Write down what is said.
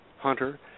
hunter